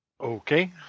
Okay